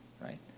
right